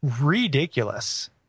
ridiculous